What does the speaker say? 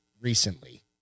recently